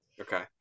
okay